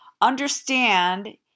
understand